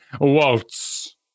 Waltz